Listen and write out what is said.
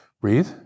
Breathe